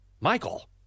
Michael